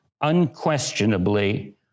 unquestionably